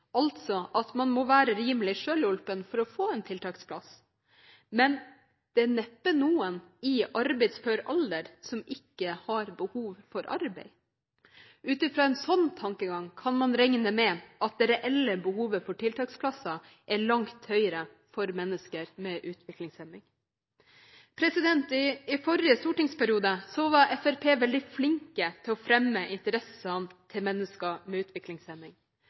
altså at man må være rimelig selvhjulpen for å få en tiltaksplass, men det er neppe noen i arbeidsfør alder som ikke har behov for arbeid. Ut fra en sånn tankegang kan man regne med at det reelle behovet for tiltaksplasser er langt høyere for mennesker med utviklingshemning. I forrige stortingsperiode var Fremskrittspartiet veldig flink til å fremme interessene til mennesker med utviklingshemning.